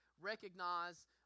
recognize